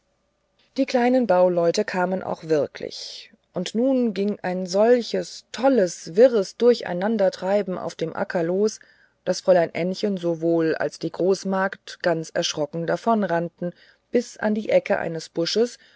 die kleinen bauleute kamen auch wirklich und nun ging ein solches tolles wirres durcheinandertreiben auf dem acker los daß fräulein ännchen sowohl als die großmagd ganz erschrocken davonrannten bis an die ecke eines busches